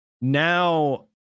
now